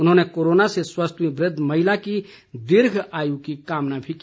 उन्होंने कोरोना से स्वस्थ हुई वृद्ध महिला की दीर्घ आयु की कामना भी की